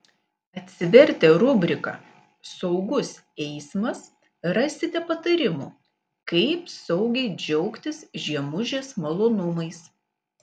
atsivertę rubriką saugus eismas rasite patarimų kaip saugiai džiaugtis žiemužės malonumais